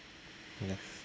yes